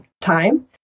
time